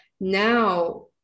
Now